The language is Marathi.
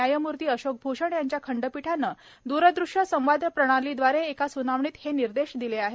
न्यायमूर्ती अशोक भूषण यांच्या खंडपीठानं दूरदृश्य संवाद प्रणालीद्वारे एका स्नावणीत हे निर्देश दिले आहेत